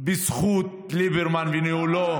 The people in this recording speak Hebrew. בזכות ליברמן וניהולו,